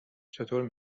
چطور